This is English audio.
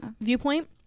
viewpoint